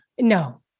No